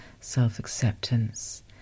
self-acceptance